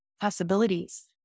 possibilities